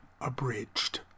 abridged